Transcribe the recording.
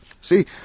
See